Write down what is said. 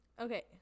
okay